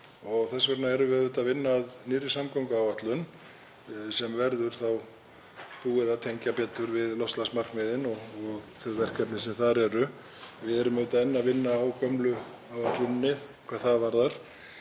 þess vegna erum við auðvitað að vinna að nýrri samgönguáætlun sem verður þá búið að tengja betur við loftslagsmarkmiðin og þau verkefni sem þar eru. Við erum auðvitað enn að vinna á gömlu áætluninni hvað það varðar.